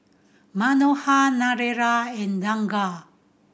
Manohar Narendra and Ranga